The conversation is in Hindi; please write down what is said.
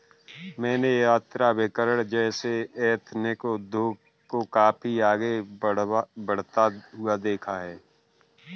मैंने यात्राभिकरण जैसे एथनिक उद्योग को काफी आगे बढ़ता हुआ देखा है